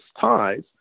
ties